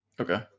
okay